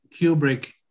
Kubrick